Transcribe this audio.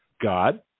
God